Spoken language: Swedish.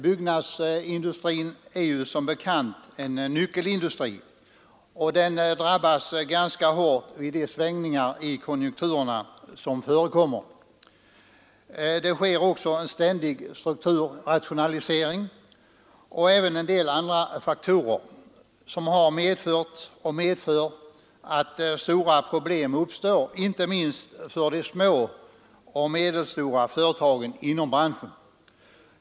Byggnadsindustrin är som bekant en nyckelindustri, och den drabbas ganska hårt vid de svängningar i konjunkturerna som förekommer. Det sker också en ständig strukturrationalisering. Även en del andra faktorer har medfört och medför att stora problem uppstår inte minst för de små och medelstora företagen inom branschen.